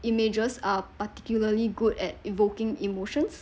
images are particularly good at invoking emotions